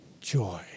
joy